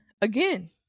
again